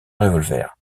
revolver